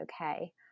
okay